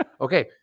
Okay